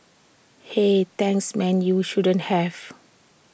hey thanks man you shouldn't have